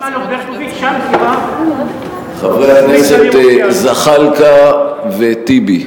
שמאלוב-ברקוביץ, חברי הכנסת זחאלקה וטיבי,